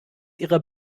ihrer